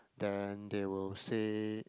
then they will say